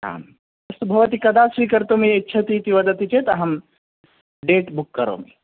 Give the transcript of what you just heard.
आम् अस्तु भवती कदा स्वीकर्तुमिच्छति इति वदति चेत् अहं डेट् बुक् करोमि